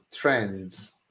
trends